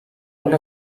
una